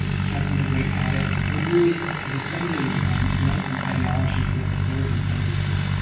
catherine the great had it. it really disseminated enlightenment ideology in a way that had never been done before.